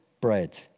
bread